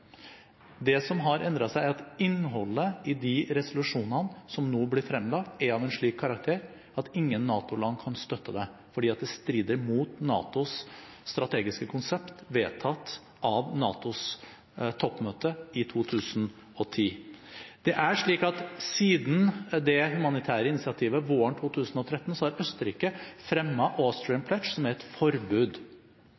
Det som har endret seg, er at innholdet i de resolusjonene som nå ble fremlagt, er av en slik karakter at ingen NATO-land kan støtte det, fordi det strider mot NATOs strategiske konsept vedtatt av NATOs toppmøte i 2010. Siden det humanitære initiativet våren 2013 har Østerrike fremmet Austrian Pledge, som er et forbud